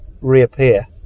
reappear